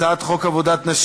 אפשר לתת לו.